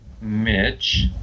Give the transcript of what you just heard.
Mitch